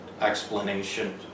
explanation